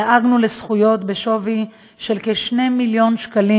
דאגנו לזכויות בשווי של כ-2 מיליון שקלים